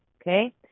Okay